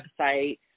website